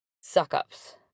suck-ups